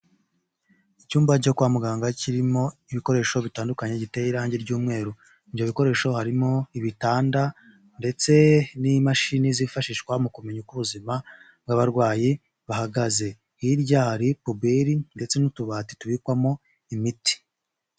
Icyumba cyo kwa muganga kirimo ibikoresho bitandukanye giteye irangi ry'umweru, ibyo bikoresho harimo ibitanda ndetse n'imashini zifashishwa mu kumenya uko ubuzima bw'abarwayi buhagaze, hirya hari puberi ndetse n'utubati tubikwamo imiti.